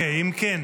אם כן,